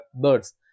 birds